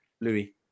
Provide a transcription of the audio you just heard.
Louis